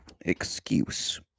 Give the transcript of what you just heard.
excuse